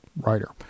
writer